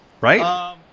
right